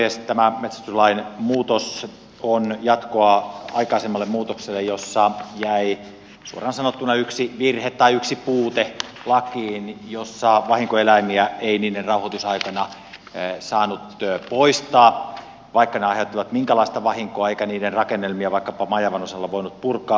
tämä metsästyslain muutos on jatkoa aikaisemmalle muutokselle jossa jäi suoraan sanottuna yksi virhe tai yksi puute lakiin jossa vahinkoeläimiä ei niiden rauhoitusaikana saanut poistaa vaikka ne aiheuttivat minkälaista vahinkoa eikä niiden rakennelmia vaikkapa majavan osalta voinut purkaa